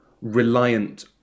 reliant